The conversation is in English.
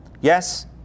Yes